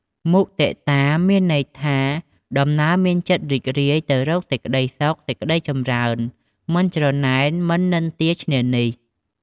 មុទិតា មានន័យថា ដំណើរមានចិត្តរីករាយទៅរកសេចក្តីសុខ សេចក្តីចម្រើន មិនច្រណែន មិននិន្ទាឈ្នានីស។